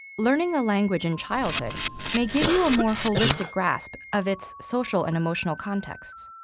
learning a language in childhood may give you a more holistic grasp of its social and emotional contexts.